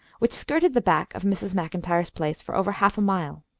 which skirted the back of mrs. macintyre's place for over half a mile.